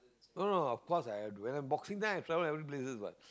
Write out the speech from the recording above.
no no of course I have when I boxing then I travel every places what